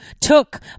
took